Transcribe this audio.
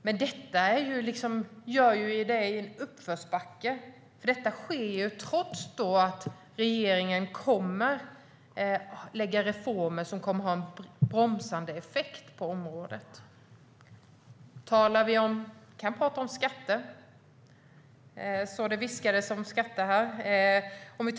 Men detta sker ju i en uppförsbacke, för det sker trots att regeringen kommer att lägga fram reformer som har en bromsande effekt på området. Vi kan tala om skatter på bred front - det viskades om skatter här.